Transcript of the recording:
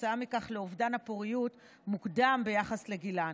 וכתוצאה מכך לאובדן הפוריות מוקדם ביחס לגילן,